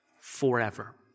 forever